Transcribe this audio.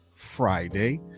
friday